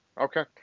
Okay